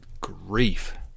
grief